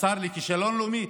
השר לכישלון לאומי?